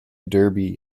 derby